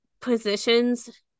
positions